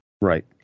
Right